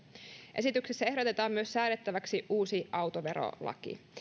esityksessä ehdotetaan myös säädettäväksi uusi autoverolaki